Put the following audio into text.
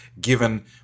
given